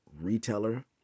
retailer